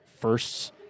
firsts